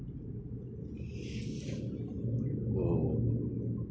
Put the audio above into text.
!wow!